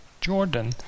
Jordan